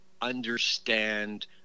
understand